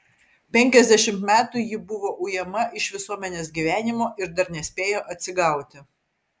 penkiasdešimt metų ji buvo ujama iš visuomenės gyvenimo ir dar nespėjo atsigauti